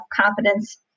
confidence